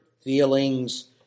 feelings